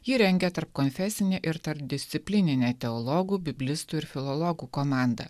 ji rengia tarp konfesinę ir tarpdisciplininę teologų biblistų ir filologų komanda